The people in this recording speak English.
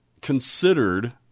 considered